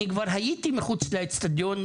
אני כבר הייתי מחוץ לאצטדיון,